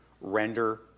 render